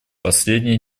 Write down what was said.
последнее